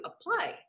apply